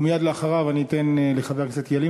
מייד אחריו אני אתן לחבר הכנסת ילין